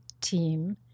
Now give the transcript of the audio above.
team